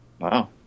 Wow